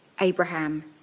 Abraham